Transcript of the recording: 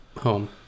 home